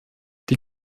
die